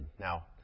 Now